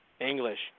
English